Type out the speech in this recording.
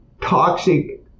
toxic